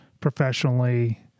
professionally